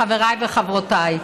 חבריי וחברותיי,